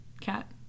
cat